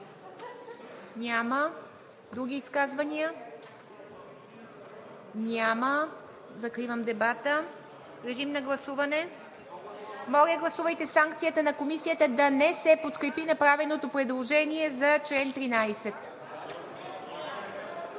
Няма. Други изказвания? Няма. Закривам дебата. Режим на гласуване. Моля, гласувайте санкцията на Комисията да не се подкрепи направеното предложение за чл. 13.